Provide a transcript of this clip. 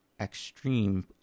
extreme